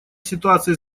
ситуации